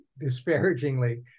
disparagingly